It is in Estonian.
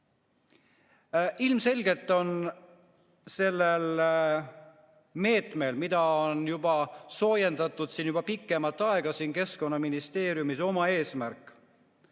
Ilmselgelt on sellel meetmel, mida on soojendatud juba pikemat aega Keskkonnaministeeriumis, oma eesmärk